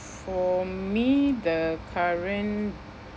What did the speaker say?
for me the current